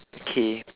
okay